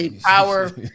power